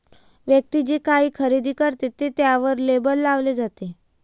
व्यक्ती जे काही खरेदी करते ते त्यावर लेबल लावले जाते